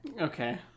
Okay